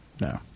No